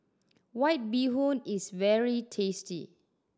White Bee Hoon is very tasty